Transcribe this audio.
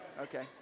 okay